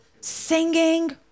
Singing